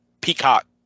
Peacock